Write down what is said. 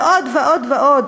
ועוד ועוד ועוד.